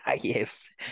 Yes